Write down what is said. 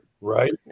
right